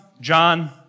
John